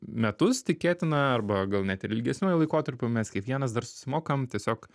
metus tikėtina arba gal net ir ilgesniuoju laikotarpiu mes kiekvienas dar susimokam tiesiog